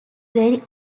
very